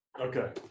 Okay